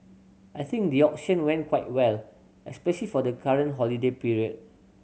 I think the auction went quite well especial for the current holiday period